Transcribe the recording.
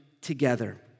together